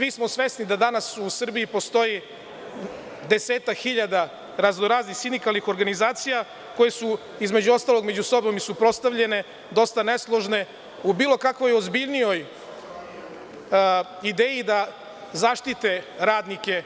Svi smo svesni da danas u Srbiji postoji desetak hiljada raznoraznih sindikalnih organizacija koje su između ostalog i među sobom i suprotstavljene, dosta nesložne u bilo kakvoj ozbiljnijoj ideji da zaštite radnike